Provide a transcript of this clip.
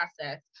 process